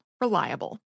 Reliable